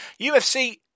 UFC